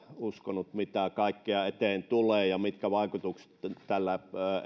uskonut mitä kaikkea eteen tulee ja mitkä vaikutukset tällä